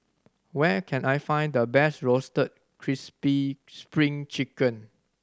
where can I find the best Roasted Crispy Spring Chicken